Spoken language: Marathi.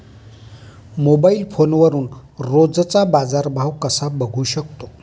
मोबाइल फोनवरून रोजचा बाजारभाव कसा बघू शकतो?